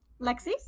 Lexi